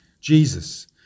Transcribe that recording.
Jesus